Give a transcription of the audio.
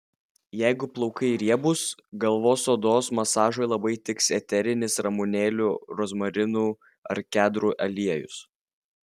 jeigu plaukai riebūs galvos odos masažui labai tiks eterinis ramunėlių rozmarinų ar kedrų aliejus